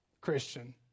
Christian